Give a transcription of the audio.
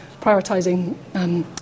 prioritising